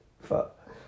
fuck